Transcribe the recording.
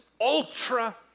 ultra